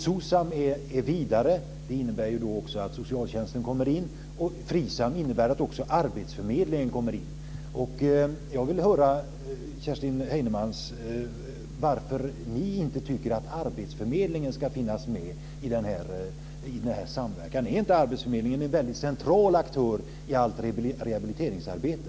SOCSAM är vidare. Det innebär att även socialtjänsten kommer in. FRISAM innebär att också arbetsförmedlingen kommer in. Jag vill höra av Kerstin Heinemann varför ni inte tycker att arbetsförmedlingen ska finnas med i denna samverkan. Är inte arbetsförmedlingen en mycket central aktör i allt rehabiliteringsarbete?